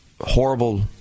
horrible